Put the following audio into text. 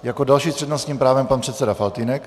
Jako další s přednostním právem pan předseda Faltýnek.